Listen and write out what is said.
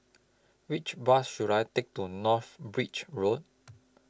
Which Bus should I Take to North Bridge Road